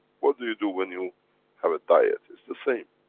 what do you do when you have a diet? it's the same.